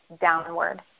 downward